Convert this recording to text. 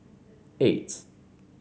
eight